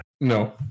no